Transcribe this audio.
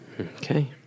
Okay